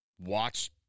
watch